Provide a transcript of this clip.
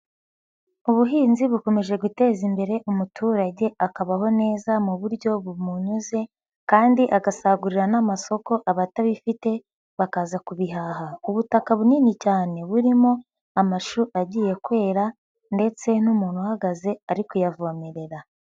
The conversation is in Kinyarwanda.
Ubuhinzi bukomeje guteza imbere umuturage akabaho neza mu buryo bumunyuze kandi agasagurira n'amasoko abatabifite bakaza kubihaha. Ubutaka bunini cyane burimo amashu agiye kwera ndetse n'umuntu uhagaze ari kuyavomerera.